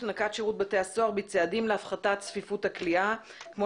נקט שירות בתי סוהר בצעדים להפחתת צפיפות הכליאה כמו